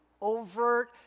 overt